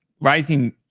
rising